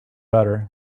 better